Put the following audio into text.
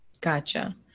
gotcha